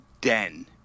den